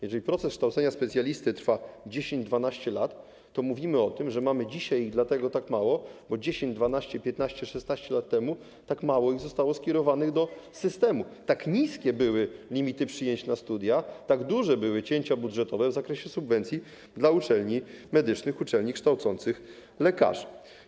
Jeżeli proces kształcenia specjalisty trwa 10–12 lat, to mówimy o tym, że dzisiaj mamy ich tak mało, bo 10, 12, 15, 16 lat temu tak mało ich zostało skierowanych do systemu, tak niskie były limity przyjęć na studia, tak duże były cięcia budżetowe w zakresie subwencji dla uczelni medycznych, uczelni kształcących lekarzy.